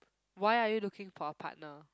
why are you looking for a partner